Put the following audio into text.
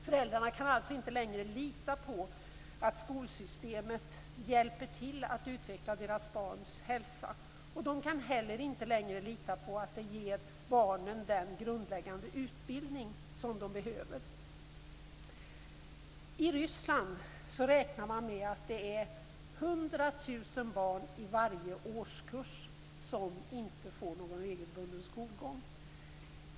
Föräldrarna kan alltså inte längre lita på att skolsystemet hjälper till att utveckla deras barns hälsa. De kan inte heller längre lita på att det ger barnen den grundläggande utbildning som de behöver. I Ryssland räknar man med att det är 100 000 barn i varje årskurs som inte får någon regelbunden skolgång.